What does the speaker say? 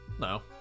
No